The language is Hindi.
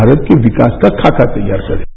भारत के विकास का खाका तैयार होगा